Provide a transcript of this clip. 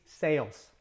sales